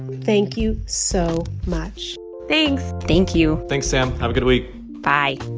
thank you so much thanks thank you thanks, sam. have a good week bye